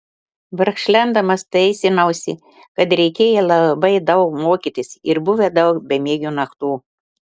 verkšlendamas teisinausi kad reikėję labai daug mokytis ir buvę daug bemiegių naktų